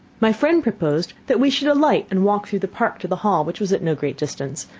my friend proposed that we should alight and walk through the park to the hall, which was at no great distance,